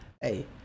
hey